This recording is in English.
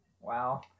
Wow